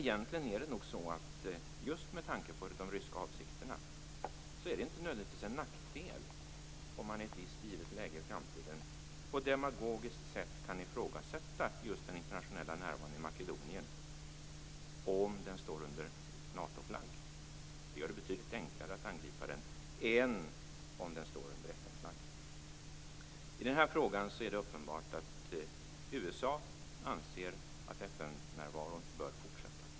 Egentligen är det nog så att just med tanke på de ryska avsikterna är det inte nödvändigtvis en nackdel om man i ett visst givet läge i framtiden på demagogiskt sätt kan ifrågasätta just den internationella närvaron i Makedonien om den står under Natoflagg. Det gör det betydligt enklare att angripa den än om den står under FN-flagg. I den här frågan är det uppenbart att USA anser att FN-närvaron bör fortsätta.